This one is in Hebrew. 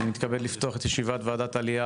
אני מתרגש לפתוח את ישיבת ועדת העלייה,